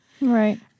right